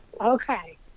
Okay